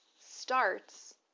starts